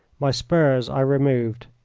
my spurs i removed.